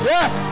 Yes